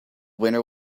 winner